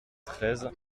treize